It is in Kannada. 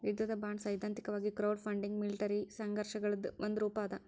ಯುದ್ಧದ ಬಾಂಡ್ಸೈದ್ಧಾಂತಿಕವಾಗಿ ಕ್ರೌಡ್ಫಂಡಿಂಗ್ ಮಿಲಿಟರಿ ಸಂಘರ್ಷಗಳದ್ ಒಂದ ರೂಪಾ ಅದ